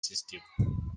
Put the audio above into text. system